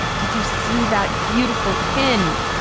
did you see that beautiful pin?